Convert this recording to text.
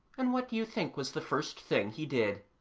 and what do you think was the first thing he did?